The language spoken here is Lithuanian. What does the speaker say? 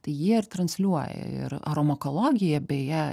tai jie ir transliuoja ir aromakologija beje